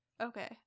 Okay